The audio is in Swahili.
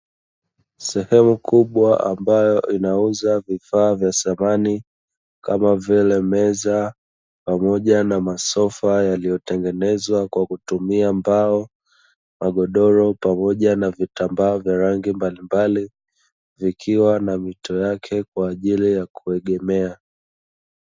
Sehemu kubwa ambayo inauza vifaa vya samani kama vile meza pamoja na masofa yaliyotengenezwa kwa kutumia mbao, magodoro pamoja na vitambaa vya rangi mbalimbali vikiwa na mito yake kwa ajili ya kuegemea.